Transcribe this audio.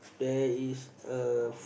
there is a